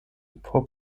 por